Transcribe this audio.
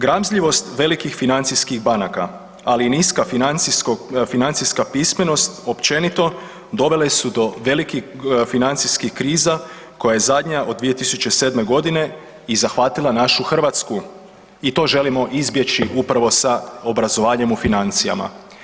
Gramzljivost velikih financijskih banaka, ali i niska financijska pismenost općenito dovele do su do velikih financijskih kriza koja je zadnja od 2007.g. i zahvatila našu Hrvatsku i to želimo izbjeći upravo sa obrazovanjem u financijama.